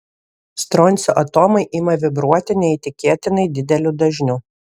stroncio atomai ima vibruoti neįtikėtinai dideliu dažniu